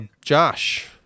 Josh